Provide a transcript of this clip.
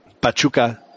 Pachuca